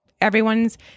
Everyone's